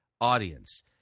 audience